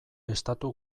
estatu